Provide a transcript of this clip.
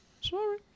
Sorry